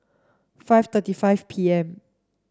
five thirty five P M